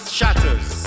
shatters